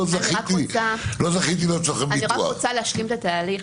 אני רק רוצה להשלים את התהליך,